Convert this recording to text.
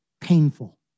painful